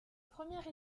première